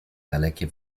dalekie